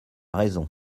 raison